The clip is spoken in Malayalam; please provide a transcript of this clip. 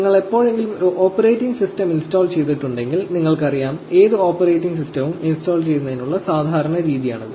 നിങ്ങൾ എപ്പോഴെങ്കിലും ഒരു ഓപ്പറേറ്റിംഗ് സിസ്റ്റം ഇൻസ്റ്റാൾ ചെയ്തിട്ടുണ്ടെങ്കിൽ നിങ്ങൾക്കറിയാം ഏത് ഓപ്പറേറ്റിംഗ് സിസ്റ്റവും ഇൻസ്റ്റാൾ ചെയ്യുന്നതിനുള്ള സാധാരണ രീതിയാണിത്